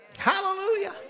hallelujah